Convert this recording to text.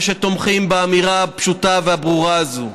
שתומכים באמירה הפשוטה והברורה הזאת: